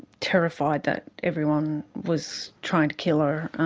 terrified that everyone was trying to kill her.